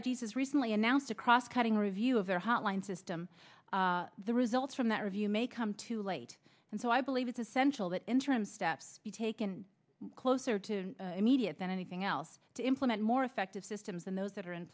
ideas has recently announced a cross cutting review of their hotline system the results from that review may come too late and so i believe it's essential that interim steps be taken closer to immediate than anything else to implement more effective systems than those that are in